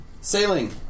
sailing